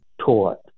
taught